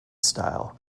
style